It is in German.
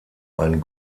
ein